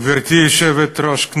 גברתי היושבת-ראש,